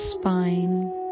spine